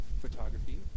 photography